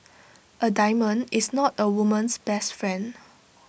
A diamond is not A woman's best friend